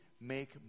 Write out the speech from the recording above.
make